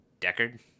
deckard